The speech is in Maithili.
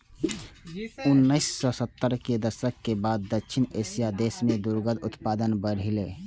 उन्नैस सय सत्तर के दशक के बाद दक्षिण एशियाइ देश मे दुग्ध उत्पादन बढ़लैए